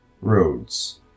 roads